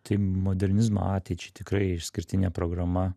tai modernizmo ateičiai tikrai išskirtinė programa